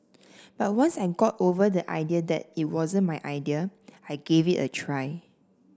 but once I got over the idea that it wasn't my idea I gave it a try